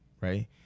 right